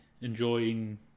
enjoying